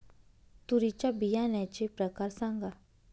तूरीच्या बियाण्याचे प्रकार सांगा